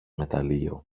μεταλλείο